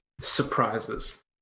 Surprises